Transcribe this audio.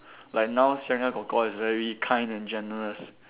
like now Seng Yang kor kor is very kind and generous